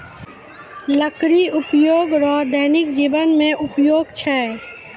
लकड़ी उपयोग रो दैनिक जिवन मे उपयोग छै